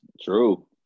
True